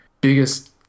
Biggest